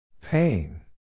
Pain